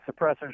suppressors